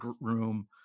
room